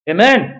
Amen